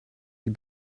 die